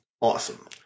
Awesome